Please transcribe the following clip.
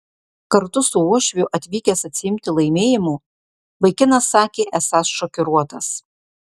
kartu su uošviu atvykęs atsiimti laimėjimo vaikinas sakė esąs šokiruotas